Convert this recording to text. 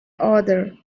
author